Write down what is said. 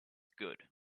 good